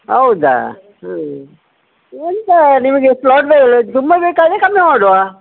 ಹೌದಾ ಹಾಂ ಒಂದು ನಿಮಗೆ ತುಂಬ ಬೇಕಾದರೆ ಕಮ್ಮಿ ಮಾಡುವಾ